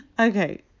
Okay